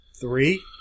three